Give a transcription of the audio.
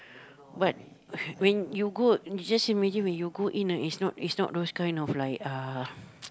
but when you go just imagine when you go in ah is not is not those kind of like uh